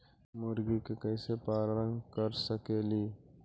मुर्गि के कैसे पालन कर सकेली?